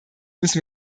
müssen